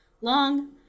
long